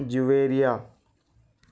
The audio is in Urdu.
جویریہ